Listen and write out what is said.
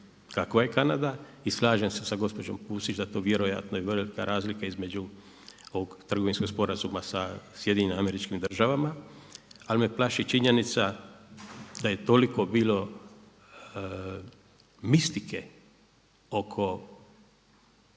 kakva je Kanada i slažem se sa gospođom Pusić da to vjerojatno je velika razlika između ovog trgovinskog sporazuma sa SAD-om. Ali me plaši činjenica da je toliko bilo mistike oko